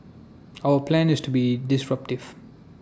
our plan is to be disruptive